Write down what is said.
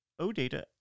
OData